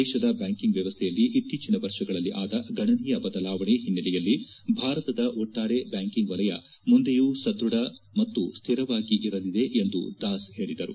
ದೇಶದ ಬ್ಯಾಂಕಿಂಗ್ ವ್ಕವಸ್ಥೆಯಲ್ಲಿ ಇತ್ತೀಚನ ವರ್ಷಗಳಲ್ಲಿ ಆದ ಗಣನೀಯ ಬದಲಾವಣೆಗಳ ಹಿನ್ನೆಲೆಯಲ್ಲಿ ಭಾರತದ ಒಟ್ಟಾರೆ ಬ್ಯಾಂಕಿಂಗ್ ವಲಯ ಮುಂದೆಯೂ ಸದೃಢ ಮತ್ತು ಸ್ಥಿರವಾಗಿ ಇರಲಿದೆ ಎಂದು ದಾಸ್ ತಿಳಿಸಿದರು